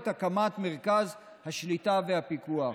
את הקמת מרכז השליטה והפיקוח.